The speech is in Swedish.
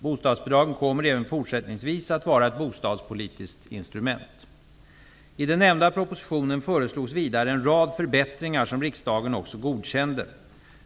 Bostadsbidragen kommer även fortsättningsvis att vara ett bostadspolitiskt instrument. I den nämnda propositionen föreslogs vidare en rad förbättringar som riksdagen också godkände.